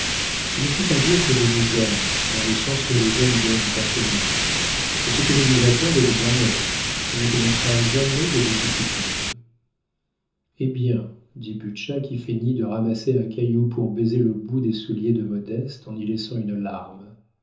je ne puis pas dire que je vous aime dans le sens que les hommes donnent à ce mot mais ce que je vous accorde est éternel et ne connaîtra jamais de vicissitudes eh bien dit butscha qui feignit de ramasser un caillou pour baiser le bout des souliers de modeste en y laissant une larme